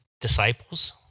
disciples